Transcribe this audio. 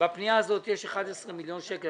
בפנייה הזאת יש 11 מיליון שקלים.